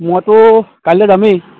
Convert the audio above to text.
মইতো কাইলে যামেই